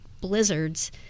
blizzards